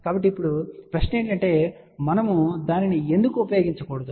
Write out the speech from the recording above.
కాబట్టి ఇప్పుడు ప్రశ్న ఏమిటంటే మనము దానిని ఎందుకు ఉపయోగించ కూడదు